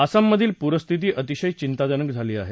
आसाममधील पूरस्थिती अतिशय चिंताजनक झाली आहे